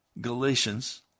Galatians